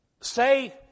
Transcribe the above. Say